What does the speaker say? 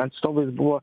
atstovais buvo